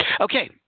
Okay